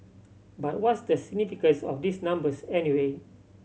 but what's the significance of these numbers anyway